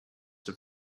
have